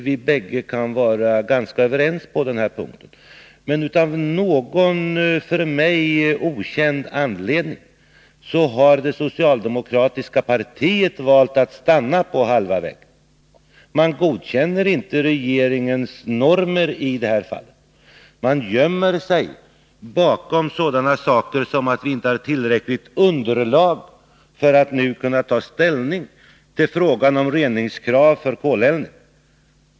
Vi bägge kan nog vara ganska överens på den här punkten, men av någon för mig okänd anledning har det socialdemokratiska partiet valt att stanna på halva vägen. Man godkänner inte regeringens normer i det här fallet. Man gömmer sig bakom sådana saker som att vi inte har tillräckligt underlag för att nu ta ställning till frågan om reningskrav vid koleldning.